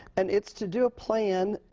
and it's to do a plan,